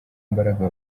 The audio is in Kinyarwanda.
mbaraga